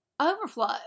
Overflow